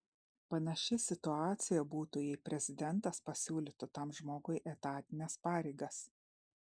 panaši situacija būtų jei prezidentas pasiūlytų tam žmogui etatines pareigas